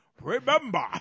remember